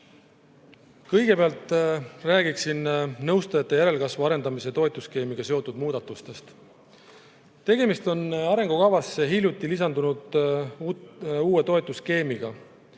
räägiksin nõustajate järelkasvu arendamise toetusskeemiga seotud muudatustest. Tegemist on arengukavasse hiljuti lisandunud uue toetusskeemiga.